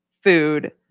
food